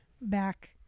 back